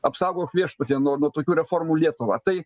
apsaugok viešpatie nuo nuo tokių reformų lietuvą tai